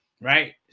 Right